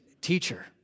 teacher